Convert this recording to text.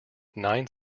nine